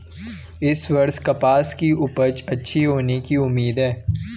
इस वर्ष कपास की उपज अच्छी होने की उम्मीद है